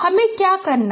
हमें क्या करना है